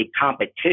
competition